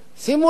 שימו לב,